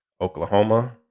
Oklahoma